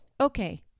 okay